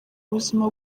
ubuzima